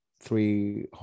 three